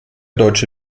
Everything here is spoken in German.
deutsche